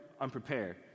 unprepared